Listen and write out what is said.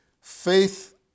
faith